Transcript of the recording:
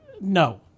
No